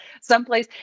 someplace